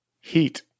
Heat